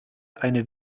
eine